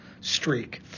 streak